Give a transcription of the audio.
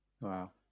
wow